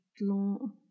long